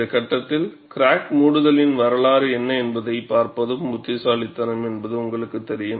இந்த கட்டத்தில் கிராக் மூடுதலின் வரலாறு என்ன என்பதைப் பார்ப்பதும் புத்திசாலித்தனம் என்பது உங்களுக்குத் தெரியும்